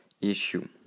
issue